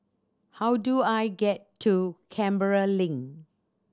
how do I get to Canberra Link